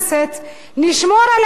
נשמור על הילדים,